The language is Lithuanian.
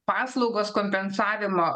paslaugos kompensavimo